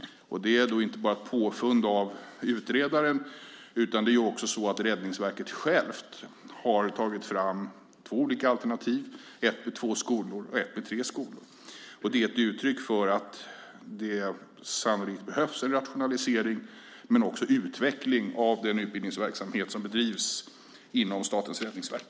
Det är inte bara påfund av utredaren, utan också Räddningsverket självt har tagit fram två olika alternativ: ett med två skolor och ett med tre skolor. Det är ett uttryck för att det sannolikt behövs en rationalisering men också utveckling av den utbildningsverksamhet som bedrivs inom Statens räddningsverk.